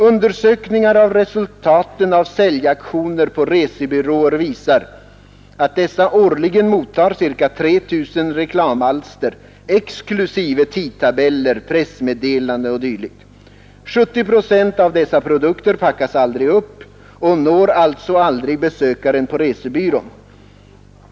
Undersökningar av resultaten av säljaktioner på resebyråer visar, att dessa årligen mottar ca 3 000 reklamalster, exklusive tidtabeller, pressmeddelanden o. d. 70 procent av dessa produkter packas aldrig upp och når alltså aldrig besökaren på resebyrån.